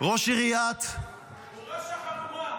ראש עיריית --- הוא ראש החבורה.